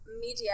media